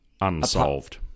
Unsolved